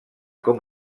com